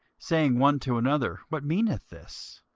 saying one to another, what meaneth this?